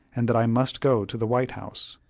and that i must go to the white house.